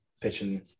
pitching